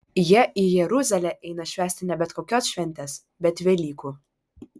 jie į jeruzalę eina švęsti ne bet kokios šventės bet velykų